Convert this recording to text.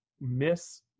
miss